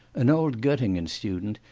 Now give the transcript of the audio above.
an old gottingen student,